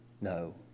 No